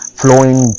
flowing